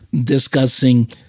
discussing